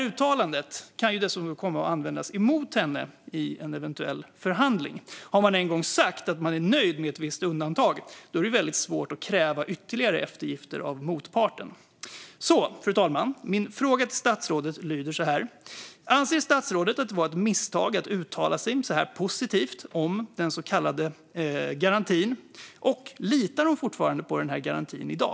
Uttalandet kan dessutom komma att användas mot henne i en eventuell förhandling. Har man en gång sagt att man är nöjd med ett visst undantag är det väldigt svårt att kräva ytterligare eftergifter av motparten. Fru talman! Min fråga till statsrådet lyder så här: Anser statsrådet att det var ett misstag att uttala sig så positivt om den så kallade garantin, och litar hon fortfarande på den i dag?